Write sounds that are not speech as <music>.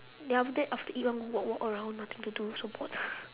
then after that after eat want go walk walk around nothing to do so bored <laughs>